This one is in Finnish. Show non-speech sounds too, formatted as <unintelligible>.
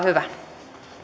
<unintelligible> hyvä